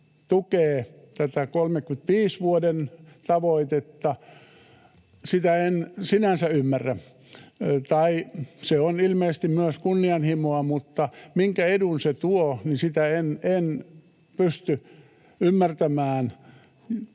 tukee tätä vuoden 35 tavoitetta, en sinänsä ymmärrä. Se on ilmeisesti myös kunnianhimoa, mutta minkä edun se tuo, en pysty ymmärtämään,